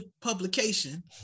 publication